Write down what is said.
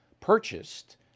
purchased